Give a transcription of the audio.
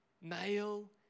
male